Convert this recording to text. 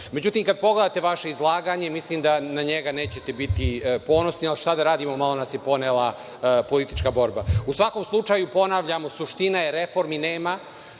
dali.Međutim, kada pogledate vaše izlaganje, mislim da na njega nećete biti ponosni, ali šta da radimo malo nas je ponela politička borba. U svakom slučaju, ponavljam, suština je, reformi nema,